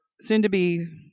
soon-to-be